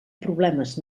problemes